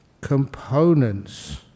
components